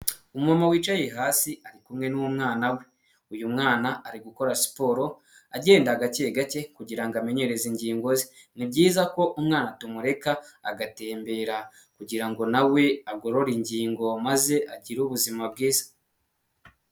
Umumama wicaye hasi ari kumwe n'umwana we, uyu mwana ari gukora siporo agenda gake gake kugirango amenyerereza ingingo ze, ni byiza ko umwana tumureka agatembera kugira ngo nawe agorore ingingo maze agire ubuzima bwiza.